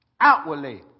outwardly